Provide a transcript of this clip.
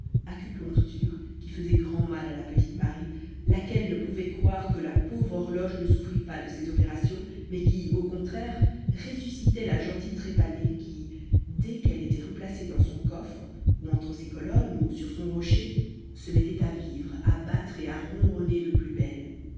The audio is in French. acuponcture qui faisait grand mal à la petite marie laquelle ne pouvait croire que la pauvre horloge ne souffrît pas de ces opérations mais qui au contraire ressuscitait la gentille trépanée qui dès qu'elle était replacée dans son coffre ou entre ses colonnes ou sur son rocher se mettait à vivre à battre et à ronronner de plus belle